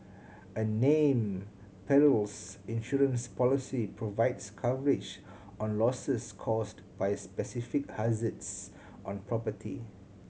a name perils insurance policy provides coverage on losses caused by specific hazards on property